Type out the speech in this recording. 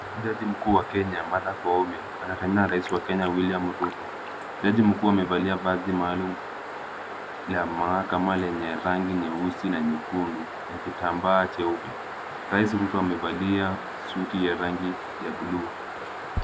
Jaji mkuu wa Kenya Martha Koome anatembea na rais wa Kenya William Ruto. Jaji mkuu amevalia vazi maalum la mahakama lenye rangi nyeusi na nyekundu na kitambaa cheupe. Rais Ruto amevalia suti ya rangi ya buluu.